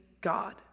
God